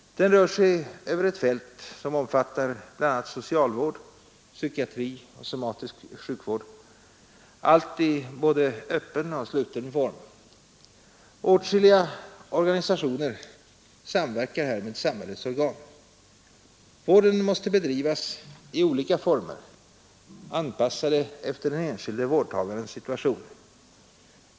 Den rör sig över ett fält som omfattar bl.a. socialvård, psykiatri och somatisk sjukvård, allt i såväl öppen som sluten form. Åtskilliga organisationer samverkar här med samhällets organ. Vården måste bedrivas i olika former anpassade efter den enskilde vårdtagarens situation.